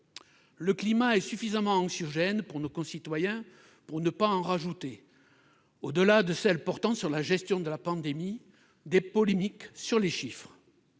Le climat est suffisamment anxiogène pour nos concitoyens pour ne pas ajouter, au-delà des polémiques portant sur la gestion de la pandémie, celles sur les chiffres.